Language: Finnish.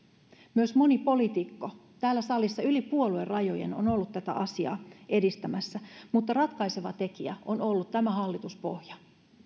myös moni poliitikko täällä salissa yli puoluerajojen on ollut tätä asiaa edistämässä mutta ratkaiseva tekijä on ollut tämä hallituspohja